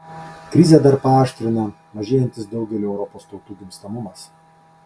krizę dar paaštrina mažėjantis daugelio europos tautų gimstamumas